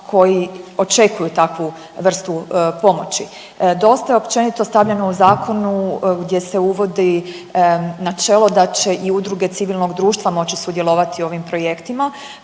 koji očekuju takvu vrstu pomoći. Dosta je općenito stavljeno u zakonu gdje se uvodi načelo da će i udruge civilnog društva moći sudjelovati u ovim projektima